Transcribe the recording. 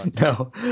No